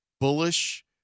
bullish